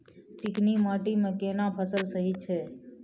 चिकनी माटी मे केना फसल सही छै?